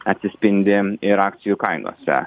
atsispindi ir akcijų kainose